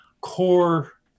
core